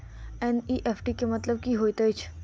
NEFT केँ मतलब की होइत अछि?